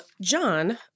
John